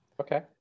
Okay